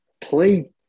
play